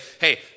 hey